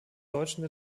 deutschen